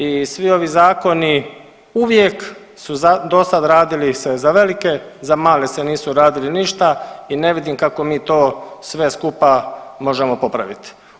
I svi ovi zakoni uvijek su dosad radili se za velike, za male se nisu radili ništa i ne vidim kako mi to sve skupa možemo popraviti.